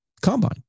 combine